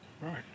Right